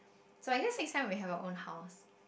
so I guess next time when you have your own house